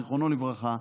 זיכרונו לברכה,